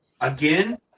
Again